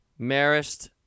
Marist